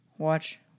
Watch